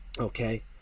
Okay